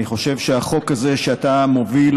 אני חושב שהחוק הזה שאתה מוביל,